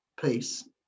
peace